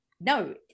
no